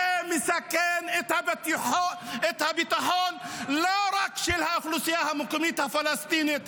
מסכן את הביטחון לא רק של האוכלוסייה המקומית הפלסטינית,